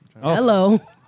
Hello